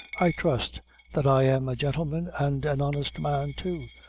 i trust that i am a gentleman and an honest man, too.